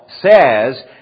says